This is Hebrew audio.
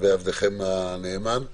ועבדכם הנאמן.